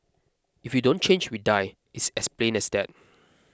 if we don't change we die it's as plain as that